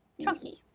chunky